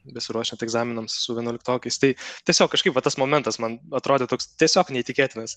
besiruošiant egzaminams su vienuoliktokais tai tiesiog kažkaip va tas momentas man atrodė toks tiesiog neįtikėtinas